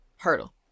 hurdle